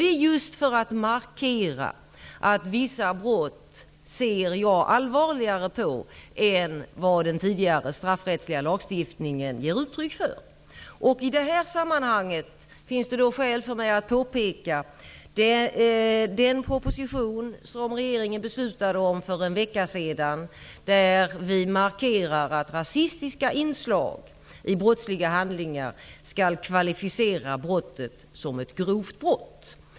Det är just för markera att jag ser allvarligare på vissa brott än vad den tidigare straffrättsliga lagstiftningen ger uttryck för. I detta sammanhang finns det skäl för mig att påpeka att regeringen för en vecka sedan lagt fram en proposition där vi markerar att rasistiska inslag i brottsliga handlingar skall kvalificera brottet som ett grovt brott.